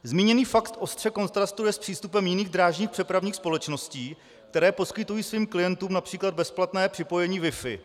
Zmíněný fakt ostře kontrastuje s přístupem jiných drážních přepravních společností, které poskytují svým klientům například bezplatné připojení WIFI.